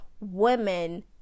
women